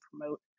promote